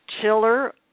chiller